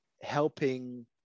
helping